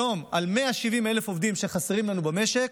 היום, 170,000 עובדים חסרים לנו במשק,